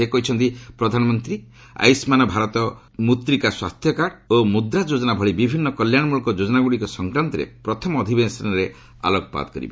ସେ କହିଛନ୍ତି ପ୍ରଧାନମନ୍ତ୍ରୀ ଆୟୁଷ୍ମାନ୍ ଭାରତ ମୃତ୍ତିକେ ସ୍ୱାସ୍ଥ୍ୟ କାର୍ଡ଼ ଓ ମୁଦ୍ରା ଯୋଜନା ଭଳି ବିଭିନ୍ନ କଲ୍ୟାଶମୂଳକ ଯୋଜନାଗୁଡ଼ିକ ସଂକ୍ରାନ୍ତରେ ପ୍ରଥମ ଅଧିବେଶନରେ ଆଲୋକପାତ କରିବେ